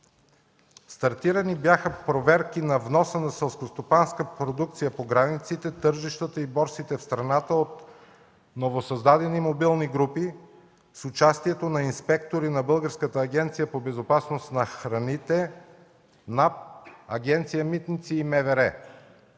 Стартирани бяха проверки на вноса на селскостопанска продукция по границите, тържищата и борсите в страната от новосъздадени мобилни групи с участието на инспектори на Българската агенция по безопасност на храните, НАП, Агенция „Митници“ и МВР.